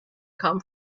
come